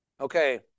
Okay